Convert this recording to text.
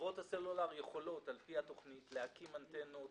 חברות הסלולר יכולות על פי התוכנית להקים אנטנות